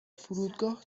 فرودگاه